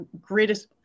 greatest